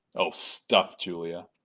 oh, stuff, julia!